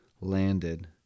landed